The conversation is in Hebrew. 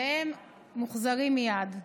והם מוחזרים מייד.